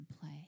play